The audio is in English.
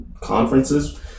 conferences